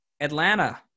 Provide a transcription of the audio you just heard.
Atlanta